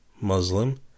Muslim